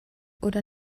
oder